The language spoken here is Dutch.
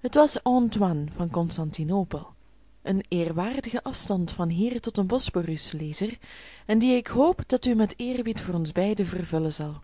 het was antoine van constantinopel een eerwaardige afstand van hier tot den bosporus lezer en die ik hoop dat u met eerbied voor ons beiden vervullen zal